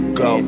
go